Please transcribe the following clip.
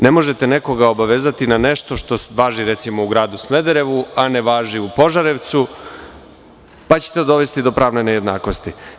Ne možete nekoga obavezati na nešto što važi, recimo, u gradu Smederevu, a ne važi u Požarevcu, pa ćete dovesti do pravne nejednakosti.